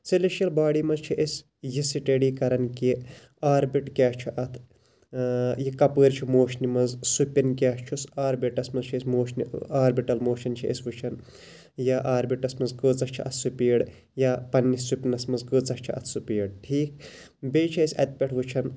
celestial body مَنٛز چھِ أسۍ یہِ سٹیڈی کَران کہِ آربِٹ کیاہ چھُ اتھ یہِ کَپٲر چھُ موشنہِ مَنٛز سپن کیاہ چھُس آربِٹَس مَنٛز چھ أسۍ موشنہِ آربِٹَل موشَن چھِ أسۍ وٕچھان یا آربِٹَس مَنٛز کۭژاہ چھِ اتھ سپیٖڈ یا پَننِس سپنَس مَنٛز کۭژاہ چھِ اتھ سپیٖڈ ٹھیٖک بیٚیہِ چھِ أسۍ اَتہ پٮ۪ٹھ وٕچھان